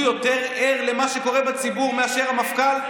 הוא יותר ער למה שקורה בציבור מאשר המפכ"ל?